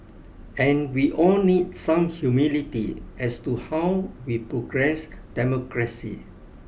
and we all need some humility as to how we progress democracy